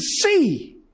see